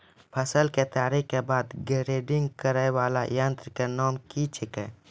फसल के तैयारी के बाद ग्रेडिंग करै वाला यंत्र के नाम की छेकै?